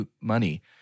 money